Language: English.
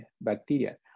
bacteria